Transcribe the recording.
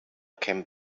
came